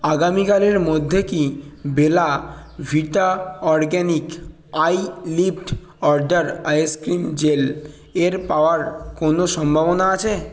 আগামীকালের মধ্যে কি Bella Vita organic eyelift under eye cream gel এর পাওয়ার কোনও সম্ভাবনা আছে